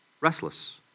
Restless